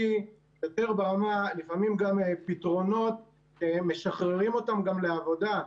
לפעמים גם פתרונות משחררים אותם גם לעבודה,